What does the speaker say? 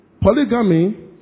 polygamy